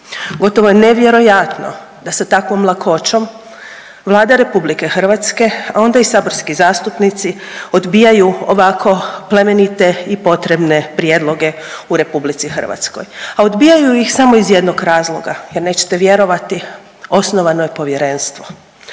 Gotovo je nevjerojatno da sa takvom lakoćom Vlada RH, a onda i saborski zastupnici odbijaju ovako plemenite i potrebne prijedloge u RH. A odbijaju ih samo iz jednog razloga jer nećete vjerovati osnovano je povjerenstvo.